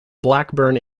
blackburn